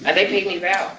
they paid me well